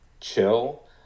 chill